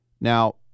Now